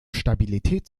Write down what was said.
stabilität